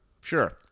Sure